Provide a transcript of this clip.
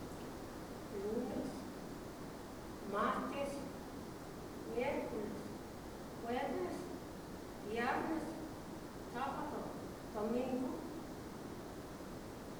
Lunes, martes, miercules, jueves, viarnes, sabado, domingu.